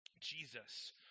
Jesus